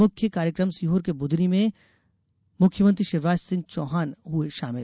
मुख्य कार्यक्रम सीहोर के बुधनी में मुख्यमंत्री शिवराज सिंह चौहान हुए शामिल